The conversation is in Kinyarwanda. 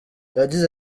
yagize